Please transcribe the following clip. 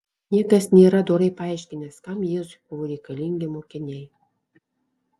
niekas nėra dorai paaiškinęs kam jėzui buvo reikalingi mokiniai